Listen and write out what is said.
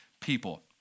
people